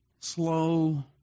Slow